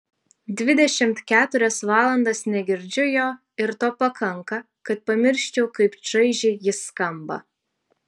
dvidešimt keturias valandas negirdžiu jo ir to pakanka kad pamirščiau kaip čaižiai jis skamba